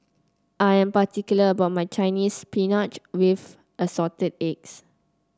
I am particular about my Chinese Spinach with Assorted Eggs